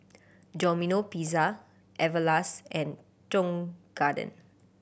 Domino Pizza Everlast and Tong Garden